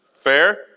Fair